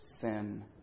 sin